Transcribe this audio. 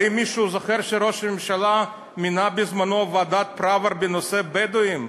האם מישהו זוכר שראש הממשלה מינה בזמנו את ועדת פראוור בנושא הבדואים?